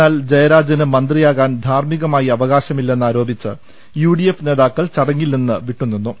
എന്നാൽ ജയരാജന് മന്ത്രിയാകാൻ ധാർമ്മികമായി അവകാശമില്ലെന്ന് ആരോപിച്ച് യു ഡി എഫ് നേതാക്കൾ ചടങ്ങിൽ നിന്ന് വിട്ടുനിന്നു